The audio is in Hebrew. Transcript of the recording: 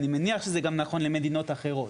אני מניח שזה גם נכון למדינות אחרות.